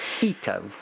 Eco